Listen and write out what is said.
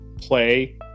play